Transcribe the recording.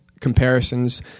comparisons